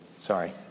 Sorry